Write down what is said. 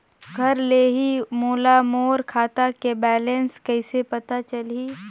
घर ले ही मोला मोर खाता के बैलेंस कइसे पता चलही?